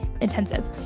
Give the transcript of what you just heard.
intensive